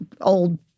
old